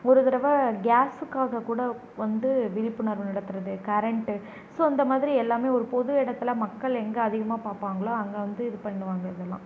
ஒரு தடவை கேஸுக்காக கூட வந்து விழிப்புணர்வு நடத்துறது கரண்ட் ஸோ இந்த மாதிரி எல்லாமே ஒரு பொது இடத்துல மக்கள் எங்கே அதிகமாக பார்ப்பாங்களோ அங்கே வந்து இது பண்ணுவாங்க இதெல்லாம்